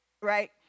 right